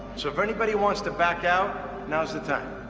so if anybody wants to back out, now's the time.